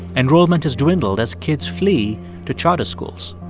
enrollment has dwindled as kids flee to charter schools.